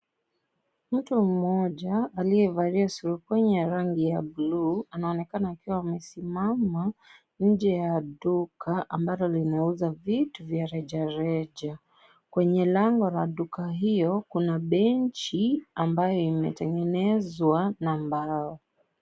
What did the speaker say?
Mtu mmoja aliyevalia surupwenye ya rangi ya buluu anaonekana akiwa amesimama nje ya duka ambalo linauza vitu vya rejareja. Kwenye lango la duka hilo kuna bechi ambalo limetengenezwa na mbao.